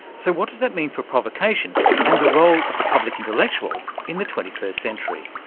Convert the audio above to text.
so what does that mean for provocation and the role of the public intellectual in the twenty first century?